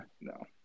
No